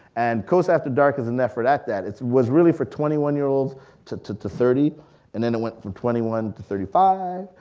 and cosi after dark is an effort at that. it was really for twenty one year olds to to thirty and then it went from twenty one to thirty five,